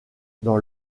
dans